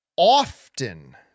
often